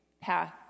path